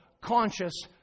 conscious